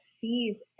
fees